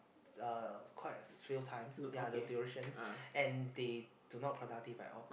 uh quite a few times ya the durations and they do not productive at all